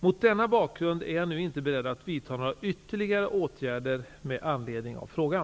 Mot denna bakgrund är jag nu inte beredd att vidta några ytterligare åtgärder med anledning av frågan.